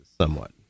somewhat